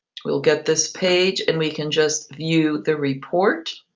we'll get this page and we can just view the report.